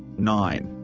nine.